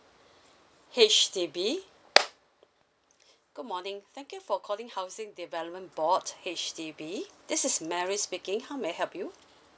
H_D_B good morning thank you for calling housing development board H_D_B this is mary speaking how may I help you